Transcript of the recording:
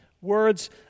Words